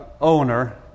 owner